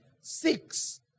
six